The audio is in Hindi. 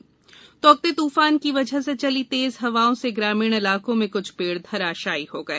ताउते तूफान की वजह से चली तेज हवाओं से ग्रामीण इलाकों मे कुछ पेड़ धराशाई हो गए